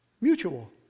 mutual